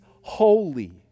holy